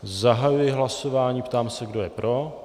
Zahajuji hlasování a ptám se, kdo je pro.